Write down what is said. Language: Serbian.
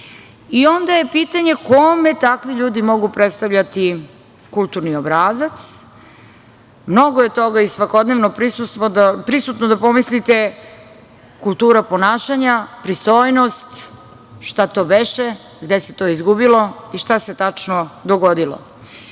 i onda je pitanje - kome takvi ljudi mogu predstavljati kulturni obrazac? Mnogo je toga i svakodnevno prisutno da pomislite kultura ponašanja, pristojnost, šta to beše, gde se to izgubilo i šta se tačno dogodilo. Šta